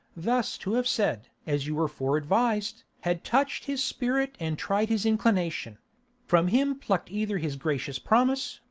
thus to have said, as you were fore-advis'd, had touch'd his spirit and tried his inclination from him pluck'd either his gracious promise,